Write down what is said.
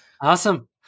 awesome